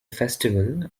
festival